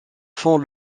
font